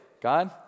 God